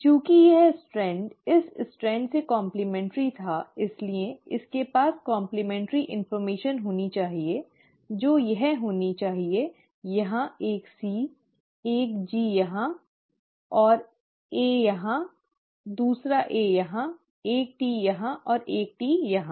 चूंकि यह स्ट्रैंड इस स्ट्रैंड से काम्प्लमेन्टरी था इसलिए इसके पास काम्प्लमेन्टरी जानकारी होनी चाहिए जो यह होनी चाहिए यहाँ एक C एक G यहाँ सही और A यहाँ दूसरा A यहाँ एक T यहाँ और एक T यहाँ